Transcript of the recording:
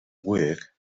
work